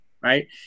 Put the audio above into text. right